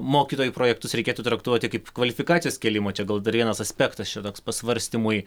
mokytojų projektus reikėtų traktuoti kaip kvalifikacijos kėlimą čia gal dar vienas aspektas čia toks pasvarstymui